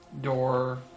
door